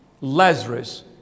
Lazarus